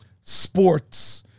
sports